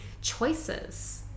choices